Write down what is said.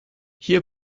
hier